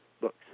books